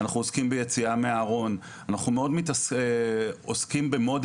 אנחנו עוסקים ביציאה מהארון; אנחנו מתעסקים במודלינג.